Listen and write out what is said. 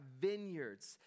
vineyards